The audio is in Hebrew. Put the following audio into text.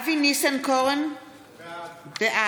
אבי ניסנקורן, בעד צבי האוזר,